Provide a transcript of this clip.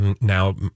now